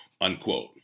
Unquote